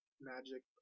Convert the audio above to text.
magic